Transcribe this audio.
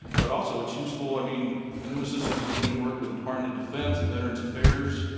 but also it's useful i mean onuma systems is doing work with the department of defense, the veterans affairs,